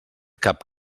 cap